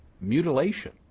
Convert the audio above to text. mutilation